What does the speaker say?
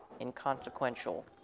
inconsequential